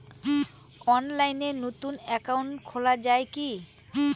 অনলাইনে নতুন একাউন্ট খোলা য়ায় কি?